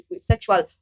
sexual